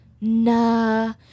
nah